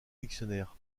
dictionnaires